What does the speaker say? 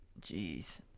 Jeez